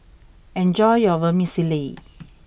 enjoy your Vermicelli